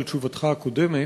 על תשובתך הקודמת.